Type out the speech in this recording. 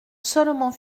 seulement